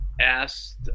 asked